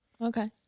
okay